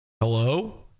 Hello